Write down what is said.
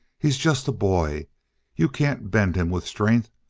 he's just a boy you can't bend him with strength,